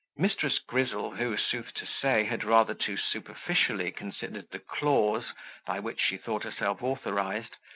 mrs. grizzle, who, sooth to say, had rather too superficially considered the clause by which she thought herself authorized,